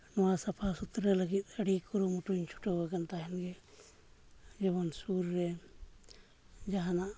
ᱱᱚᱣᱟ ᱥᱟᱯᱷᱟᱼᱥᱩᱛᱨᱟᱹ ᱞᱟᱹᱜᱤᱫ ᱟᱹᱰᱤ ᱠᱩᱨᱩᱢᱩᱴᱩᱧ ᱪᱷᱩᱴᱟᱹᱣᱟᱠᱟᱱ ᱛᱟᱦᱮᱱᱜᱮ ᱡᱮᱢᱚᱱ ᱥᱩᱨ ᱨᱮ ᱡᱟᱦᱟᱱᱟᱜ